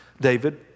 David